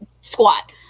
squat